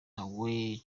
hawaii